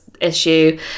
issue